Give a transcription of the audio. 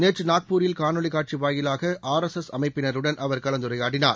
நேற்று நாக்பூரில் காணொலி காட்சி வாயிலாக ஆர் எஸ் அமைப்பினருடன் அவர் கலந்துரையாடினார்